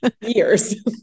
years